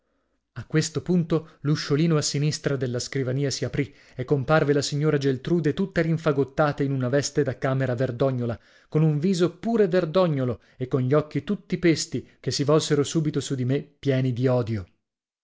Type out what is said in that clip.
a questo punto l'usciolino a sinistra della scrivania si aprì e comparve la signora geltrude tutta rinfagottata in una veste da camera verdognola con un viso pure verdognolo e con gli occhi tutti pesti che si volsero subito su di me pieni di odio